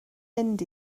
mynd